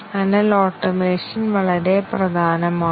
അതിനാൽ ഓട്ടോമേഷൻ വളരെ പ്രധാനമാണ്